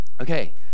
Okay